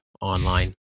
online